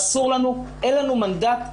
אסור לנו, אין לנו מנדט לקדם,